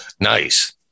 nice